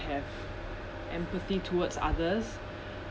have empathy towards others